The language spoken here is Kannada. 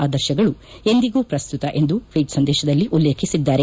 ಆದರ್ತಗಳು ಎಂದಿಗೂ ಪ್ರಸ್ತುತ ಎಂದು ಟ್ವೀಟ್ ಸಂದೇಶದಲ್ಲಿ ಉಲ್ಲೇಖಿಸಿದ್ದಾರೆ